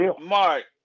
Mark